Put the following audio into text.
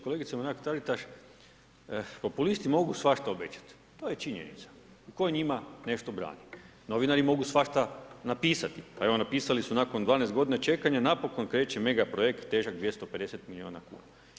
Kolegice Mrak Taritaš, populisti mogu svašta obećati, to je činjenica i tko njima nešto brani, novinari mogu svašta napisati pa evo napisali su nakon 12 godina čekanja napokon kreće mega projekt težak 250 milijuna kuna.